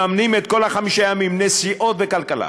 מממנים את כל חמשת הימים: נסיעות וכלכלה.